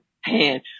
hand